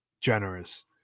generous